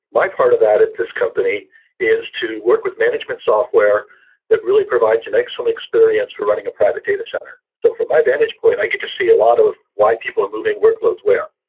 my part of that at this company is to work with management software that really provides an excellent experience with running a private data center so from my vantage point, i get to see a lot of why people are moving workloads where.